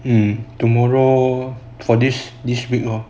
mm tomorrow for this this week lor